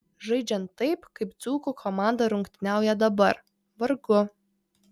žaidžiant taip kaip dzūkų komanda rungtyniauja dabar vargu